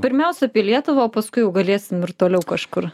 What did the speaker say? pirmiausia apie lietuvą o paskui jau galėsim ir toliau kažkur